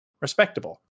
Respectable